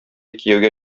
кияүгә